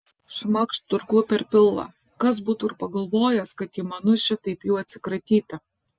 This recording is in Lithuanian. šmakšt durklu per pilvą kas būtų ir pagalvojęs kad įmanu šitaip jų atsikratyti